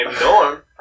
norm